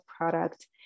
product